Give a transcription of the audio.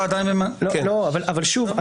אבל שוב,